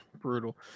brutal